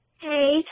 Hey